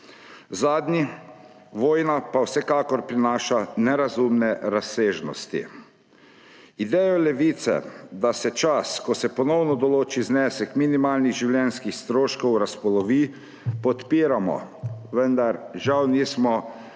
Zadnji, vojna, pa vsekakor prinaša nerazumne razsežnosti. Idejo Levice, da se čas, ko se ponovno določi znesek minimalnih življenjskih stroškov, razpolovi, podpiramo, vendar žal nimamo